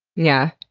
yeah.